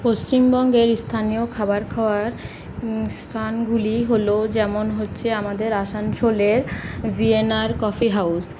পশ্চিমবঙ্গের ইস্থানীয় খাবার খাওয়ার স্থানগুলি হলো যেমন হচ্ছে আমাদের আসানসোলের ভিএনআর কফি হাউস